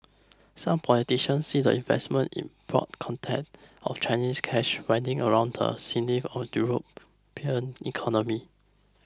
some politicians see the investment in broad context of Chinese cash winding around the sinews of European economy